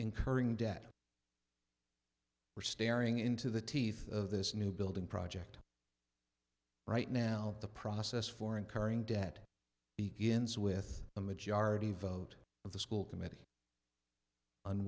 incurring debt for staring into the teeth of this new building project right now the process for incurring debt begins with a majority vote of the school committee